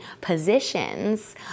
positions